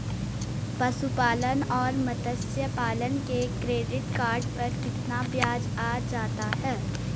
पशुपालन और मत्स्य पालन के क्रेडिट कार्ड पर कितना ब्याज आ जाता है?